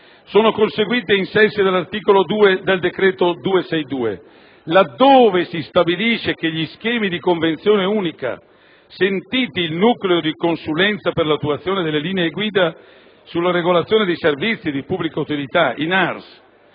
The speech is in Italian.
sono conseguiti ai sensi dell'articolo 2, comma 84, del decreto-legge n. 262 del 2006, laddove si stabilisce che gli schemi di convenzione unica, sentiti il Nucleo di consulenza per l'attuazione delle linee guida sulla regolazione dei servizi di pubblica utilità (NARS),